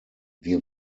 wir